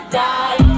die